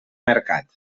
mercat